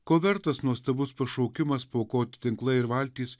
ko vertas nuostabus pašaukimas paaukoti tinklai ir valtys